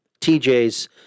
TJ's